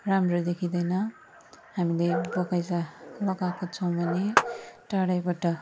राम्रो देखिँदैन हामीले बगैँचा लगाएको छौँ भने टाडैबाट